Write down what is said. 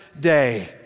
day